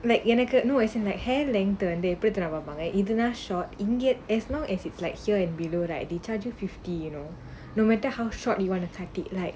like எனக்கு:enakku no actually like hair length வந்து எப்டி தெரிமா பாப்பாங்க இதுதான்:vanthu epdi therimaa paappaangga ithuthaan short இங்க:inga as long as it's like here in below right the charger fifty you know no matter how short you want to like